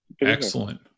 Excellent